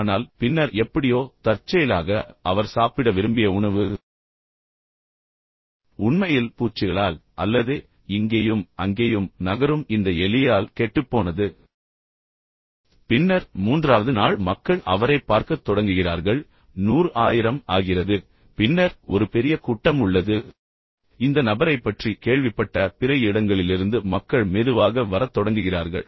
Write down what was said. ஆனால் பின்னர் எப்படியோ தற்செயலாக அவர் சாப்பிட விரும்பிய உணவு உண்மையில் பூச்சிகளால் அல்லது இங்கேயும் அங்கேயும் நகரும் இந்த எலியால் கெட்டுப்போனது பின்னர் மூன்றாவது நாள் மக்கள் அவரைப் பார்க்கத் தொடங்குகிறார்கள் நூறு ஆயிரம் ஆகிறது பின்னர் ஒரு பெரிய கூட்டம் உள்ளது இந்த நபரைப் பற்றி கேள்விப்பட்ட பிற இடங்களிலிருந்து மக்கள் மெதுவாக வரத் தொடங்குகிறார்கள்